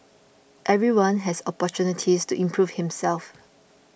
everyone has opportunities to improve himself